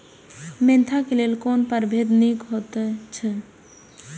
Mentha क लेल कोन परभेद निक होयत अछि?